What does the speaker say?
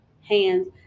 hands